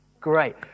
Great